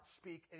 speak